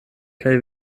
kaj